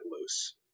loose